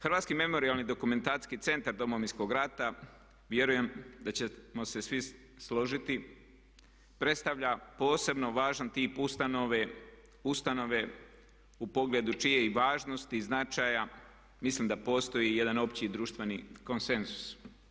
Hrvatski memorijalno-dokumentacijski centar Domovinskog rata vjerujem da ćemo se svi složiti predstavlja posebno važan tip ustanove, ustanove u pogledu čije važnosti i značaja mislim da postoji i jedan opći društveni konsenzus.